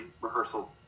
rehearsal